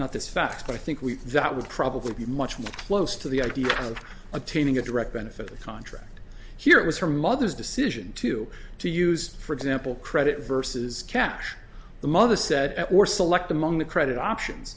not this fact but i think we that would probably be much more close to the idea of attaining a direct benefit contract here it was her mother's decision to to use for example credit versus cash the mother said that were select among the credit options